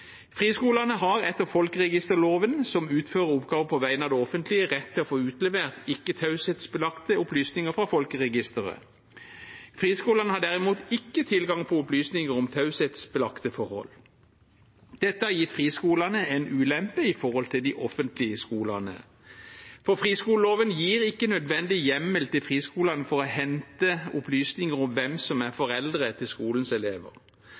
Friskolene har etter folkeregisterloven som utfører av oppgaver på vegne av det offentlige rett til å få utlevert ikke-taushetsbelagte opplysninger fra folkeregisteret. Friskolene har derimot ikke tilgang på opplysninger om taushetsbelagte forhold. Dette har gitt friskolene en ulempe i forhold til de offentlige skolene. Friskoleloven gir ikke nødvendig hjemmel til friskolene for å hente opplysninger om hvem som er foreldre til skolens elever,